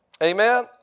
Amen